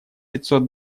пятьсот